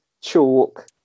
chalk